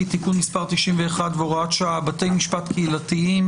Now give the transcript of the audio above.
(תיקון מס' 91 והוראת שעה) (בתי משפט קהילתיים),